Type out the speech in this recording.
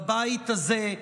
בבית הזה,